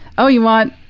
oh, you want,